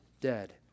dead